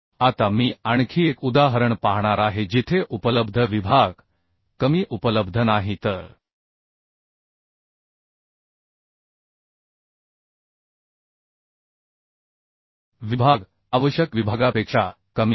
आता मी आणखी एक उदाहरण पाहणार आहे जिथे उपलब्ध विभाग कमी उपलब्ध नाही तर विभाग आवश्यक विभागापेक्षा कमी आहे